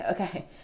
Okay